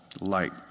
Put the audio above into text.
light